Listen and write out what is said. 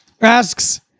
Asks